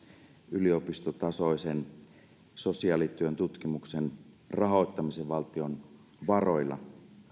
yliopistotasoisen sosiaalityön tutkimuksen rahoittamisen valtion varoilla